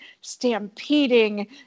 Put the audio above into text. stampeding